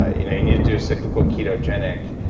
ah you know you need to do cyclical ketogenic.